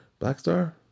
Blackstar